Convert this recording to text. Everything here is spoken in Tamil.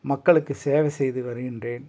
மக்களுக்கு சேவை செய்து வருகின்றேன்